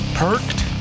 perked